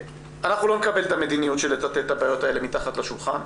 אנחנו לא נקבל את המדיניות של לטאטא את הבעיות האלה מתחת לשולחן.